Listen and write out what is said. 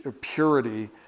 purity